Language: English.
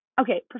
okay